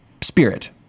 spirit